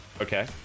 Okay